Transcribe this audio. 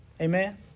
Amen